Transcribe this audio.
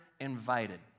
invited